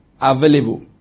available